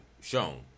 shown